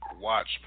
watch